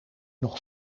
nog